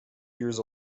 years